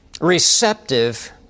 receptive